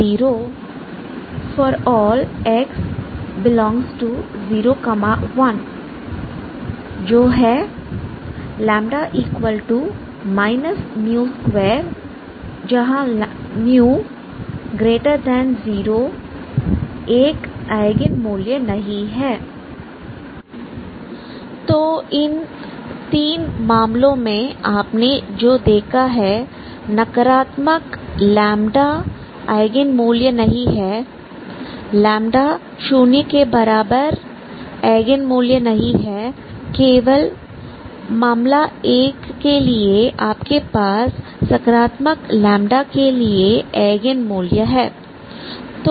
yx0 ∀ x∈01का तात्पर्य λ μ2 μ0 eigen मूल्य नहीं है तो इन तीन मामलों में आपने जो देखा है नकारात्मक λएगेन मूल्य नहीं है λ शून्य के बराबर एगेन मूल्य नहीं है केवल मामला एक के लिए आपके पास सकारात्मक λ के लिए एगेन मूल्य है